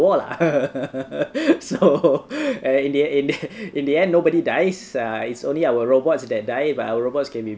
war lah so in the end in the end nobody dies uh it's only our robots that die but our robots can be